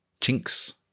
chinks